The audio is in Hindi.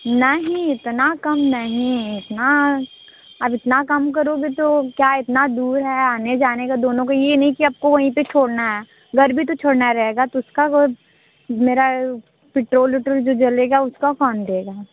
नहीं इतना कम नहीं इतना अब इतना काम करोगे तो क्या इतना दूर है आने जाने का दोनों को ये नहीं कि आपको वहीं पर छोड़ना है घर भी तो छोड़ना रहेगा तो उसका मेरा पेट्रोल एट्रोल जो जलेगा उसका कौन देगा